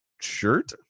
shirt